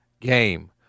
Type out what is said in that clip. game